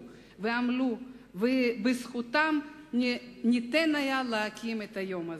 ועמלו ובזכותם ניתן היה לקיים את היום הזה.